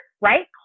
right